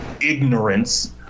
ignorance